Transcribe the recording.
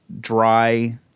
dry